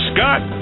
Scott